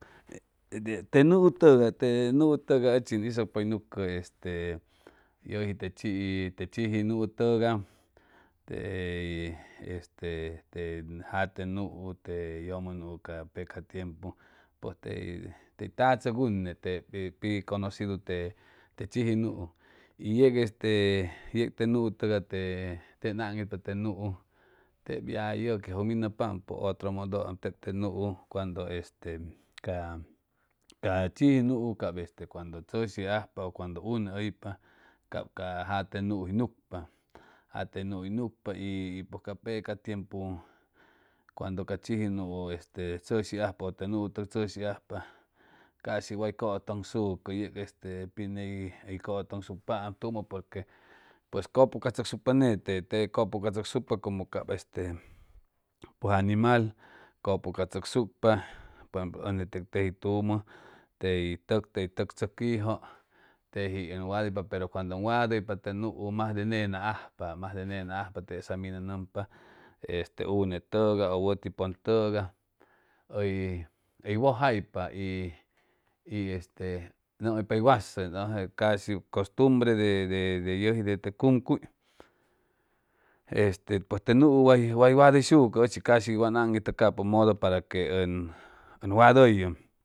Te guu togar, te guu togar uchi en uso pay guce tej te chiji gu te chiji guu togar tej este te jate guu te jamo guu cab ca peca tiempo pes tej te tatlooc une pi pi cogrosido te chiji guu y tec este tec este guu togar te og anjtpo anilo guu teb ja yaquja miyepompo ya otro mudda an teb te guu carga este ca ca chijguu cab este cuando cheshajapa o cuando une tapa cab ca jate you oyquepa jate guu jucpa pes ca peca tiempo cuando ca chij guu este cheshajapa o te guu cheshajapa casi way cootgosucco. Tec geipi este cootgosucapam tumo porque copocatocuscupa nete te copocatocuscupa por ejemplo ogej bng tej tumo tej toc tej toc itsugu tej bng wadyopa pero cuando bng wadyopa te guu mas de enga gupa mas de enga gupa tesa ming gempa este oge togar b wad por tigot ej wesajpa tesa le yomoypa b waso entonces costumbre de yujii de te cumcy este pes te guu wat wadrihuco casi wan anilo muddo para que en wadyoo.